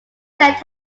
said